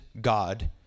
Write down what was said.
God